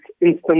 instant